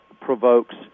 provokes